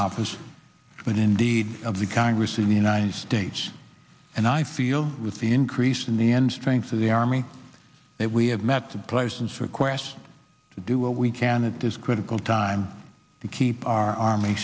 office but indeed of the congress in the united states and i feel with the increase in the end strength of the army that we have met to plaisance request to do what we can at this critical time to keep our army